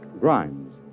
Grimes